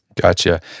Gotcha